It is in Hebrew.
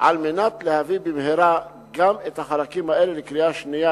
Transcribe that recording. על מנת להביא במהרה גם את החלקים האלה לקריאה שנייה